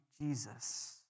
Jesus